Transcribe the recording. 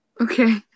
Okay